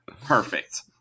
Perfect